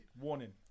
Warning